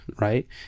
right